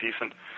decent